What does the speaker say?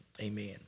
Amen